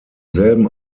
selben